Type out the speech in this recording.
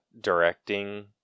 directing